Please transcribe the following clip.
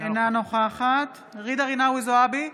אינה נוכחת ג'ידא רינאוי זועבי,